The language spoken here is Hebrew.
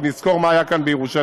ונזכור מה היה כאן בירושלים,